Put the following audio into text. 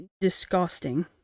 Disgusting